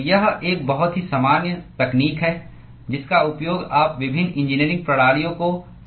तो यह एक बहुत ही सामान्य तकनीक है जिसका उपयोग आप विभिन्न इंजीनियरिंग प्रणालियों को मॉडल करते समय करते हैं